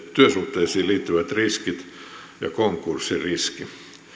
työsuhteisiin liittyvät riskit ja konkurssiriski